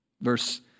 Verse